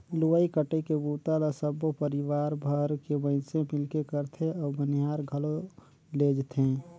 लुवई कटई के बूता ल सबो परिवार भर के मइनसे मिलके करथे अउ बनियार घलो लेजथें